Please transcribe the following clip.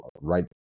right